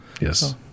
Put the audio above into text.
Yes